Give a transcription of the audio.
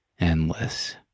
endless